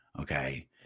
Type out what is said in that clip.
okay